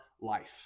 life